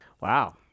Wow